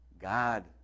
God